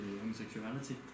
homosexuality